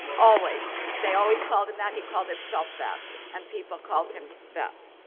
always. they always called him that. he called himself that and people called him that.